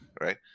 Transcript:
right